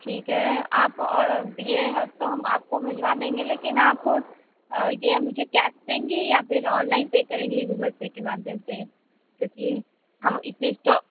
ठीक है आप और यह तो हम आपको भेजवा देंगे लेकिन आप ये मुझे कैश देंगे या फिर ऑनलाइन पे करेंगे गूगल पे के माध्यम से क्योंकि हम इतने